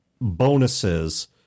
bonuses